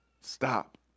Stop